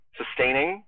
sustaining